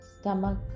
stomach